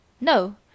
no